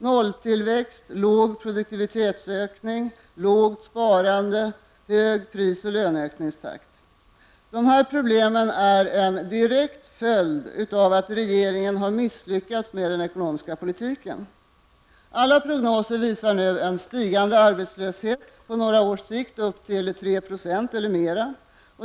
Nolltillväxt, låg produktivitetsökning, lågt sparande, hög pris och löneökningstakt. Dessa problem är en direkt följd av att regeringen har misslyckats med den ekonomiska politiken. Alla prognoser visar nu en stigande arbetslöshet, på några års sikt upp till 3 % eller mer.